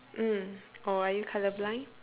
mm or are you colour blind